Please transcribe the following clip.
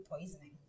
poisoning